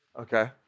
Okay